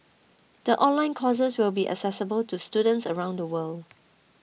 the online courses will be accessible to students around the world